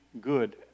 good